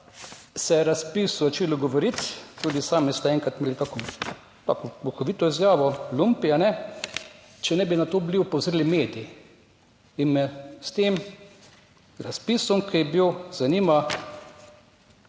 ne bi začelo govoriti, tudi sami ste enkrat imeli tako duhovito izjavo, »lumpi«, če ne bi na to opozorili mediji. V zvezi s tem razpisom, ki je bil, zanima